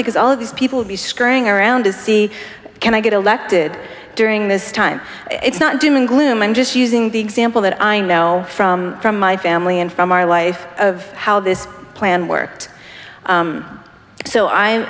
because all these people be scurrying around to see can i get elected during this time it's not doom and gloom i'm just using the example that i know from from my family and from our life of how this plan worked so i'm